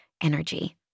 energy